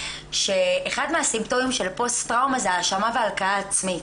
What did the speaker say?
שאחד מהסימפטומים של פוסט טראומה הוא האשמה וההלקאה העצמית.